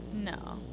no